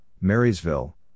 Marysville